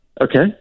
Okay